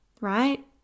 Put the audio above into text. right